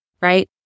right